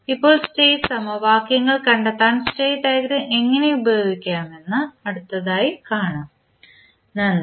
ഇപ്പോൾ സ്റ്റേറ്റ് സമവാക്യങ്ങൾ കണ്ടെത്താൻ സ്റ്റേറ്റ് ഡയഗ്രം എങ്ങനെ ഉപയോഗിക്കാമെന്ന് അടുത്തതായി കാണാം നന്ദി